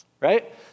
Right